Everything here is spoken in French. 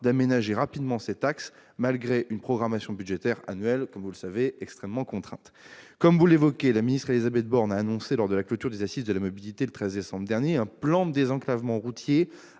d'aménager rapidement cet axe, malgré une programmation budgétaire annuelle, comme vous le savez, extrêmement contrainte. Comme vous l'évoquez, la ministre Élisabeth Borne a annoncé, lors de la clôture des Assises de la mobilité, le 13 décembre dernier, un plan de désenclavement routier